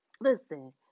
Listen